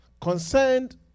Concerned